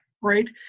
right